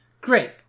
Great